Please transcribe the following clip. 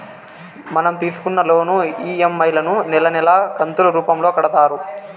మనం తీసుకున్న loan EMI లను నెలా నెలా కంతులు రూపంలో కడతారు